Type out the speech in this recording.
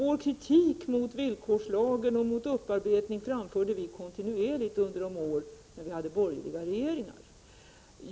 Vår kritik mot villkorslagen och mot upparbetning framförde vi kontinuerligt under de år då vi hade borgerliga regeringar.